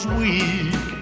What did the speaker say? weak